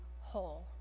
whole